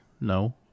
No